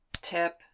tip